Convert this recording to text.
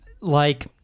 like-